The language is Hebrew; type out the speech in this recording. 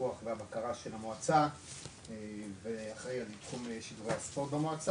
הפיקוח והבקרה של המועצה ואחראי על תחום שידורי הספורט במועצה.